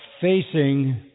facing